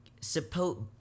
suppose